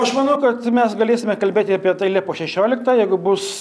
aš manau kad mes galėsime kalbėti apie tai liepos šešioliktą jeigu bus